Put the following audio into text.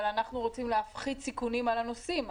אבל אנחנו רוצים להפחית סיכונים על הנוסעים,